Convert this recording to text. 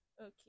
Okay